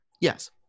Yes